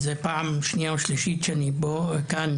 שזו הפעם השנייה או השלישית שאני נמצא כאן,